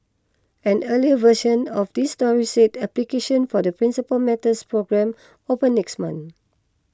an earlier version of this story said applications for the Principal Matters programme open next month